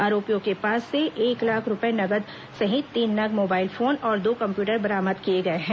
आरोपियों के पास से एक लाख रूपये नगद सहित तीन नग मोबाइल फोन और दो कम्प्यूटर बरामद किए गए हैं